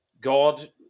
God